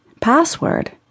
Password